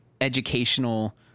educational